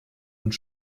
und